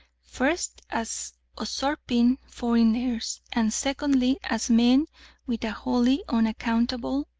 first as usurping foreigners, and secondly as men with a wholly unaccountable,